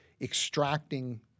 extracting